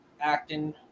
acting